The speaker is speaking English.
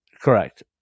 Correct